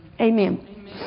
Amen